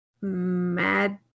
mad